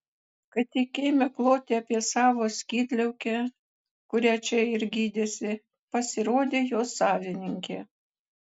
kai tik ėmė kloti apie savo skydliaukę kurią čia ir gydėsi pasirodė jo savininkė